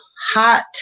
hot